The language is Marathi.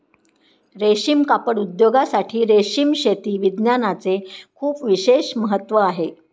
रेशीम कापड उद्योगासाठी रेशीम शेती विज्ञानाचे खूप विशेष महत्त्व आहे